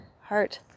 heart